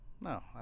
No